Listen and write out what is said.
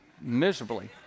miserably